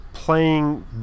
playing